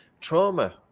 trauma